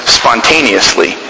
spontaneously